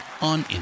on